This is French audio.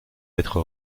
être